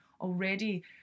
already